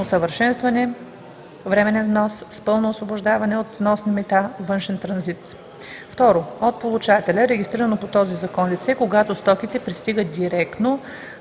усъвършенстване, временен внос с пълно освобождаване от вносни мита, външен транзит; 2. от получателя – регистрирано по този закон лице, когато стоките пристигат директно